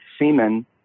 semen